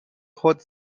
خود